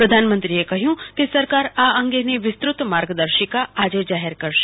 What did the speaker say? પ્રધાનમંત્રીએ કહ્યું કે સરકાર આ અંગેની વિસ્તૃત માર્ગદર્શિકા આજે જાહેર કરશે